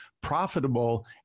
profitable